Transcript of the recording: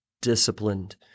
disciplined